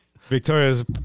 Victoria's